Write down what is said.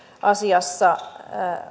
asiassa